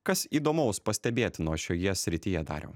kas įdomaus pastebėtino šioje srityje dariau